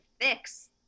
fix